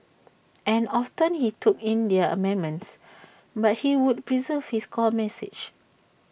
and often he took in their amendments but he would preserve his core message